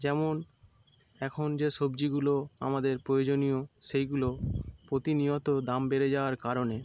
যেমন এখন যে সবজিগুলো আমাদের প্রয়োজনীয় সেইগুলো প্রতিনিয়ত দাম বেড়ে যাওয়ার কারণে